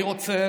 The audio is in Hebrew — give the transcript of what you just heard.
אני רוצה